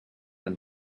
and